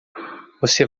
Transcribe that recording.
você